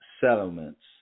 settlements